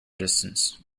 distance